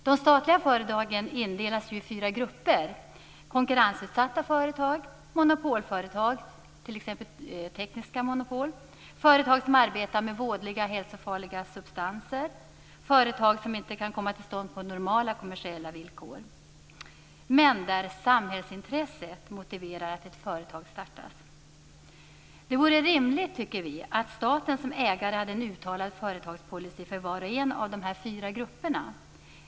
De statliga företagen indelas ju i fyra grupper: tekniska monopol -, företag som arbetar med vådliga och hälsofarliga substanser samt företag som inte kan komma till stånd på normala kommersiella villkor men där samhällsintresset motiverar att ett företag startas. Vi tycker att det vore rimligt att staten som ägare hade en uttalad företagspolicy för var och en av de fyra grupperna.